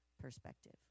perspective